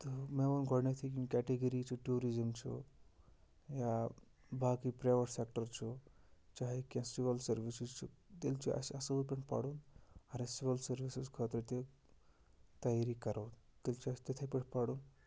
تہٕ مےٚ ووٚن گۄڈٕنٮ۪تھٕے یِم کٮ۪ٹَگٔریٖز چھِ ٹوٗرِزِم چھُ یا باقٕے پرٛیوٮ۪ٹ سٮ۪کٹَر چھُ چاہے کیٚنٛہہ سِوَل سٔروِسٕز چھِ تیٚلہِ چھُ اَسہِ اَصۭل پٲٹھۍ پَرُن اَگر أسۍ سِوَل سٔروِسٕز خٲطرٕ تہِ تیٲری کَرو تیٚلہِ چھِ اَسہِ تِتھَے پٲٹھۍ پَرُن